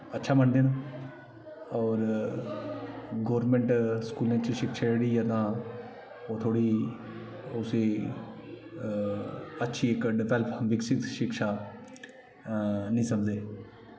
अच्छा मन्नदे न होर गौरमेंट स्कूलें च शिक्षा जेह्ड़ी ऐ तां ओह् थोह्ड़ी ओह् उसी अच्छी इक डेवलप विकसित शिक्षा निं समझदे